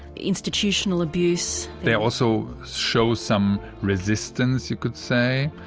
institutional abuse. they also show some resistance, you could say.